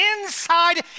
inside